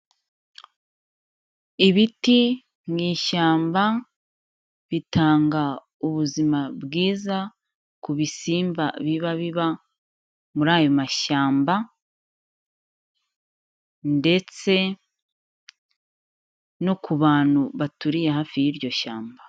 Ibiti mu ishyamba bitanga ubuzima bwiza ku bisimba biba biba muri ayo mashyamba ndetse no ku bantu baturiye hafi y'iryo shyamba.